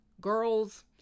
Girls